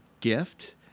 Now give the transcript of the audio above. gift